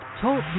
TALK